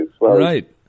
right